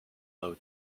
low